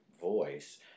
voice